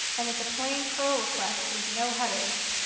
and it's a plain curl request with no headers,